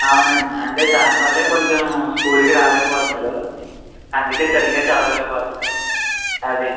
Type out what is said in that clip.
అవునండి అంటే దానివల్లే కొంచెం స్కూల్కి రాలేక పోతున్నాడు అందికే సరిగ్గా చదవలేకపోతున్నాడండి అదేండి